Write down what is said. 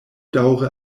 daŭre